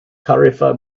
tarifa